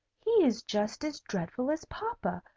he is just as dreadful as papa,